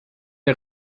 der